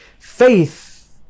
Faith